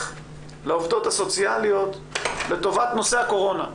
לעובדות הסוציאליות לטובת נושא הקורונה.